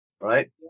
right